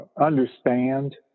understand